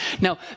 Now